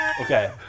Okay